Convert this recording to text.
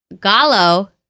Gallo